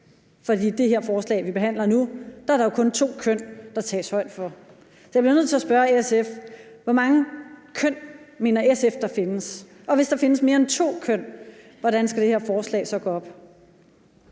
for i det her forslag, vi behandler nu, er det jo kun to køn, der tages højde for. Så jeg bliver nødt til at spørge SF: Hvor mange køn mener SF der findes? Og hvis der findes mere end to køn, hvordan skal det her forslag så gå op?